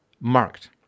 marked